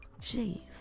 jeez